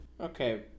Okay